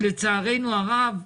לצערנו הרב,